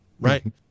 Right